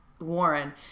Warren